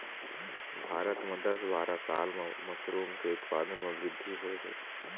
भारत म दस बारा साल म मसरूम के उत्पादन म बृद्धि होय हे